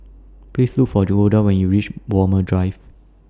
Please Look For Golda when YOU REACH Walmer Drive